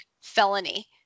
felony